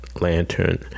Lantern